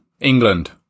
England